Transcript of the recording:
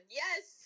yes